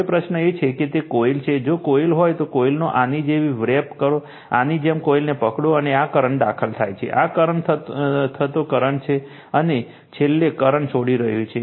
હવે પ્રશ્ન એ છે કે તે કોઇલ છે જો કોઇલ હોય તો કોઇલને આની જેમ વ્રેપ કરો આની જેમ કોઇલને પકડો અને આ કરંટ દાખલ થાય છે આ દાખલ થાતો કરંટ છે અને છેલ્લે કરંટ છોડી રહ્યું છે